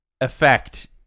effect